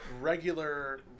Regular